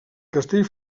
castell